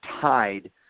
tied